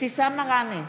אבתיסאם מראענה,